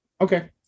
okay